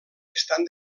estan